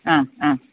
ആ ആ